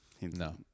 no